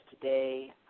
today